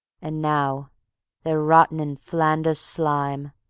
and now they're rottin' in flanders slime,